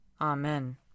Amen